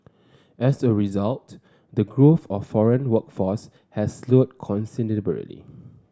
as a result the growth of foreign workforce has slowed considerably